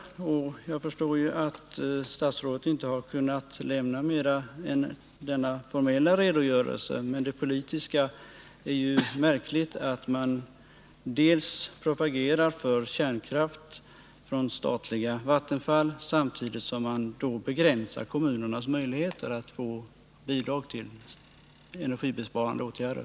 Jag förstår att statsrådet inte har kunnat lämna mer än denna formella redogörelse, men det är politiskt märkligt att man propagerar för kärnkraft från det statliga Vattenfall samtidigt som man begränsar kommunernas möjligheter att få bidrag till energibesparande åtgärder.